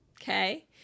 okay